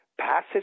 passes